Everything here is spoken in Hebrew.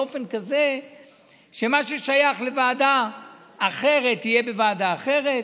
באופן כזה שמה ששייך לוועדה אחרת יהיה בוועדה אחרת,